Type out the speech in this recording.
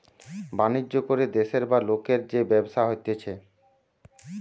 বাণিজ্য করে দেশের বা লোকের যে ব্যবসা হতিছে